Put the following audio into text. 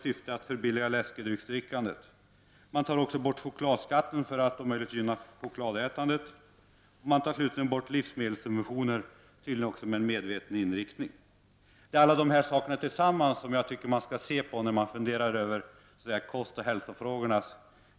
Jag tycker att man skall se på den sammantagna effekten av alla dessa förslag när man funderar över kostoch hälsofrågorna.